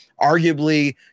arguably